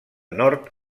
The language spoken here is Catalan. nord